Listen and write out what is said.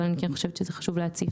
אבל אני כן חושבת שזה חשוב להציף.